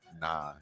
Nah